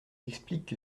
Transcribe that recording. explique